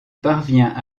parvient